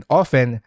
often